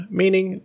meaning